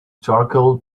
charcoal